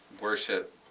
worship